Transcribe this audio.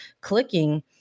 clicking